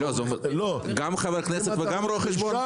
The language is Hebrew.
אם אתה אישה